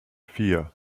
vier